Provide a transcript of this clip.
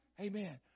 Amen